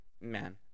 man